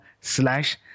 slash